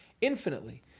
infinitely